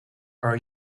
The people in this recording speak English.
are